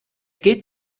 geht